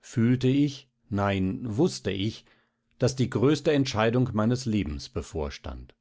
fühlte ich nein wußte ich daß die größte entscheidung meines lebens bevorstand